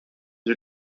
des